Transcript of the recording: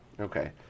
Okay